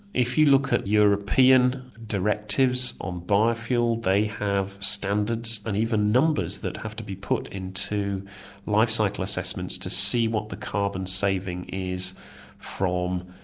if you look at european directives on biofuel, they have standards and even numbers that have to be put into lifecycle assessments to see what the carbon saving is from,